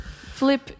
Flip